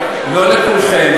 לא לכולכם,